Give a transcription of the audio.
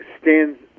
stands